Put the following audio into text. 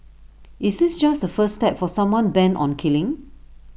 is this just the first step for someone bent on killing